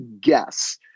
guess